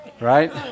Right